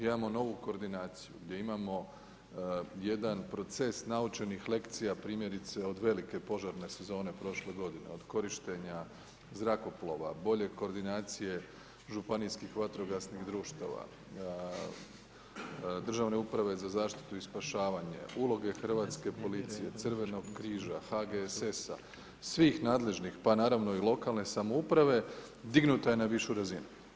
Imamo novu koordinaciju gdje imamo jedan proces naučenih lekcija, primjerice od velike požarne sezone prošle godine, od korištenja zrakoplova, bolje koordinacije županijskih vatrogasnih društava, državne uprave za zaštitu i spašavanje, uloge Hrvatske policije, Crvenog križa, HGSS-a, svih nadležnih pa naravno i lokalne samouprave, dignuta je na višu razinu.